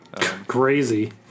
Crazy